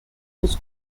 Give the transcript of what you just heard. used